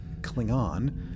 Klingon